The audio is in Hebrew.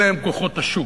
אלה הם כוחות השוק.